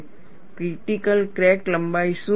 અને critical crack લંબાઈ શું છે